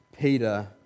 Peter